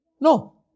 No